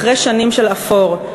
אחרי שנים של אפור",